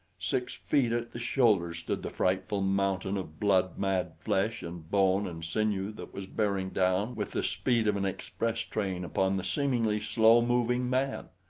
six feet at the shoulder stood the frightful mountain of blood-mad flesh and bone and sinew that was bearing down with the speed of an express train upon the seemingly slow-moving man.